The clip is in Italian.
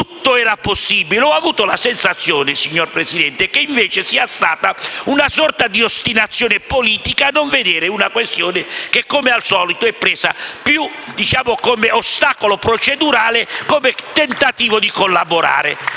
Tutto era possibile, ma ho avuto la sensazione, signor Presidente, che invece vi sia stata una sorta di ostinazione politica a non vedere una questione che, come al solito, è stata presa più come ostacolo procedurale che come tentativo di collaborare,